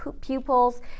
pupils